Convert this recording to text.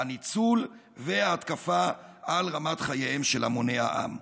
הניצול וההתקפה על רמת חייהם של המוני העם".